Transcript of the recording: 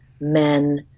men